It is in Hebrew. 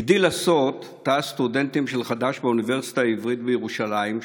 הגדיל לעשות תא הסטודנטים של חד"ש באוניברסיטה העברית בירושלים,